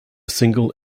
single